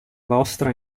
vostra